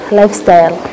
lifestyle